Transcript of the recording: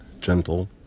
gentle